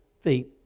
feet